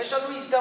ויש לנו הזדמנות.